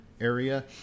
area